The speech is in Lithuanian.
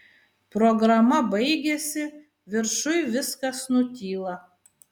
programa baigiasi viršuj viskas nutyla